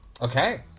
Okay